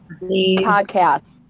Podcasts